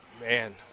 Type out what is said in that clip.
Man